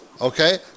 Okay